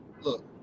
Look